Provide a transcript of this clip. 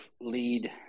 lead